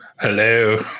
Hello